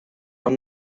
are